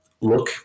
look